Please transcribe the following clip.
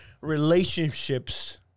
relationships